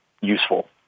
useful